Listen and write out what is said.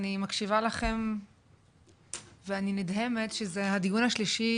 אני מקשיבה לכם ואני נדהמת שזה הדיון השלישי